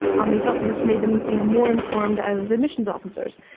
um they felt that this made them you know more informed as admissions officers.